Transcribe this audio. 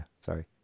Sorry